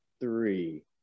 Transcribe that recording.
three